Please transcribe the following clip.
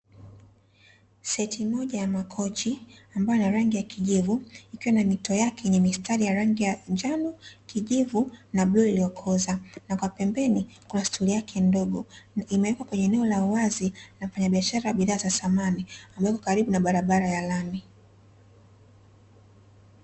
Seti moj ya makochi ambayo ina rangi ya kijivu, ikiwa na mito yake yenye mistari ya rangi ya: njano, kijivu na bluu iliyokoza; na kwa pembeni kuna stuli yake ndogo. Imewekwa kwenye eneo la uwazi na mfanyabiashara wa bidhaa za samani, ambaye yupo karibu na barabara ya lami.